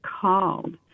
called